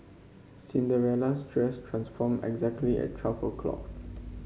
Cinderella's dress transformed exactly at twelve o'clock